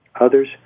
others